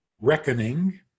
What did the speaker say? reckoning